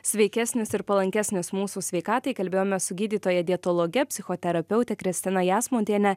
sveikesnis ir palankesnis mūsų sveikatai kalbėjomės su gydytoja dietologe psichoterapeute kristina jasmontiene